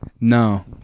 no